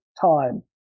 time